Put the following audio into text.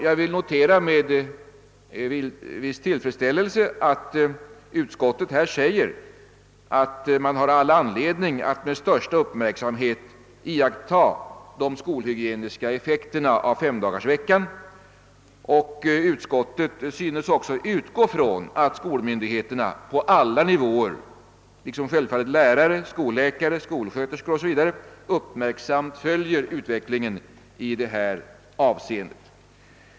Jag vill notera med viss tillfredsställelse att utskottet här skriver att man har all anledning att med största uppmärksamhet iakttaga de skolhygieniska effekterna av femdagarsveckan, och utskottet synes också utgå från att skolmyndigheterna på alla nivåer, liksom självfallet lärare, skolläkare, skolsköterskor m.fl., uppmärksamt följer utvecklingen i detta avseende.